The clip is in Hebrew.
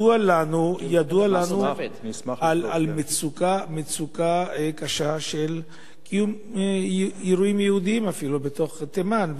ידוע לנו על מצוקה קשה של קיום אירועים יהודיים אפילו בתימן,